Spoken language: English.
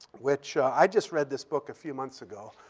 which i just read this book a few months ago.